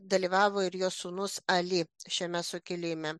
dalyvavo ir jo sūnus ali šiame sukilime